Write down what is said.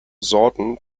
sorten